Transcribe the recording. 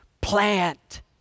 Plant